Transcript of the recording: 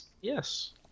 yes